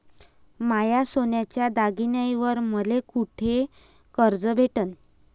माया सोन्याच्या दागिन्यांइवर मले कुठे कर्ज भेटन?